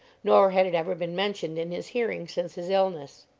nor had it ever been mentioned in his hearing since his illness.